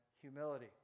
humility